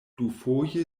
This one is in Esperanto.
dufoje